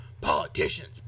Politicians